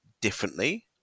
differently